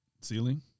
Ceiling